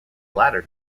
latter